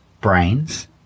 brains